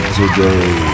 today